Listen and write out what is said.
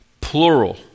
plural